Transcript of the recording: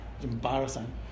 embarrassing